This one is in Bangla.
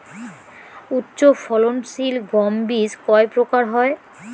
উচ্চ ফলন সিল গম বীজ কয় প্রকার হয়?